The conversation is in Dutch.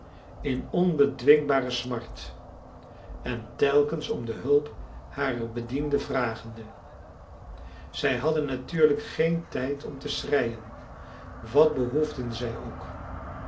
in onbedwingbare smart en telkens om de hulp harer bedienden vragende zij hadden natuurlijk geen tijd om te schreien wat behoefden zij ook